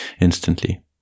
instantly